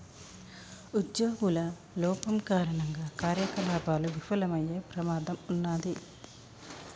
ఉజ్జోగుల లోపం కారణంగా కార్యకలాపాలు విఫలమయ్యే ప్రమాదం ఉన్నాది